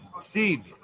Seed